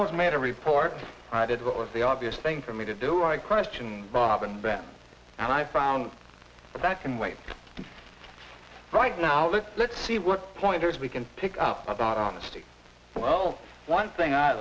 i was made a report i did what was the obvious thing for me to do i question bob and ben and i from the back and wait right now look let's see what pointers we can pick up about honesty well one thing i